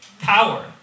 power